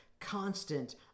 constant